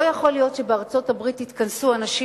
לא יכול להיות שבארצות-הברית התכנסו אנשים